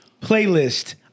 playlist